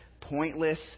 pointless